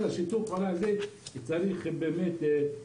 שיתוף הפעולה הזה צריך לקרות,